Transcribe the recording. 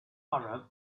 arab